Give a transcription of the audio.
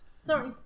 Sorry